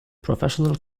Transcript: professional